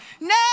No